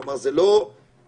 כלומר, זה לא בא,